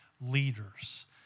leaders